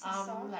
seesaw